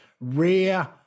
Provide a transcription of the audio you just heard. rare